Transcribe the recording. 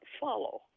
follow